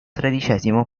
tredicesimo